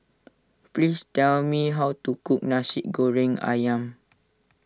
please tell me how to cook Nasi Goreng Ayam